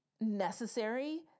necessary